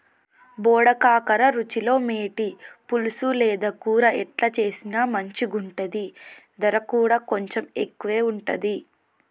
బోడ కాకర రుచిలో మేటి, పులుసు లేదా కూర ఎట్లా చేసిన మంచిగుంటది, దర కూడా కొంచెం ఎక్కువే ఉంటది